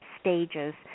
stages